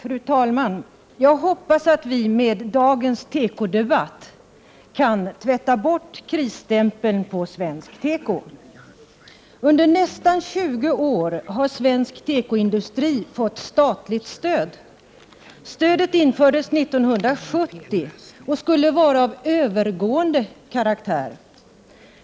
Fru talman! Jag hoppas att vi med dagens tekodebatt kan tvätta bort krisstämpeln på svensk teko. Under nästan 20 år har svensk tekoindustri fått statligt stöd. Stödet infördes 1970 och skulle vara av övergående karaktär.